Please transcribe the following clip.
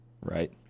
right